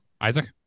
Isaac